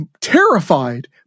terrified